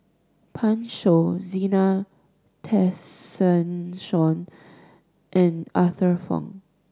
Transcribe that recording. Pan Shou Zena Tessensohn and Arthur Fong